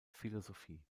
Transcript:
philosophie